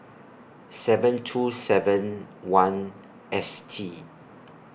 seven two seven one S T